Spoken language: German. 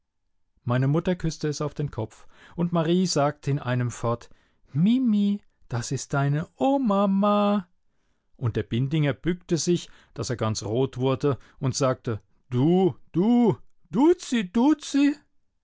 meine mutter küßte es auf den kopf und marie sagte in einem fort mimi das ist deine omama und der bindinger bückte sich daß er ganz rot wurde und sagte du du duzi duzi